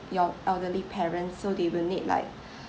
your elderly parents so they will need like